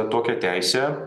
tokią teisę